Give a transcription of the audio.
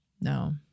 No